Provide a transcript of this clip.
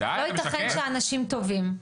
לא יתכן שאנשים טובים,